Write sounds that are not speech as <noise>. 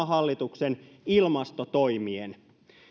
<unintelligible> hallituksen ilmastotoimien